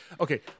Okay